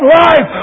life